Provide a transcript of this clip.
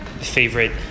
Favorite